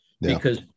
because-